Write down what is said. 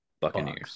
Buccaneers